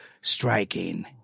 striking